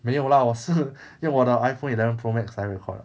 没有 lah 我是用我的 iphone eleven pro max 来 record 的